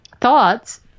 thoughts